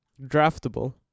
Draftable